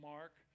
Mark